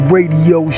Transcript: Radio